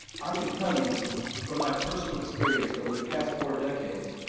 i can tell you from my personal experience over the past four decades,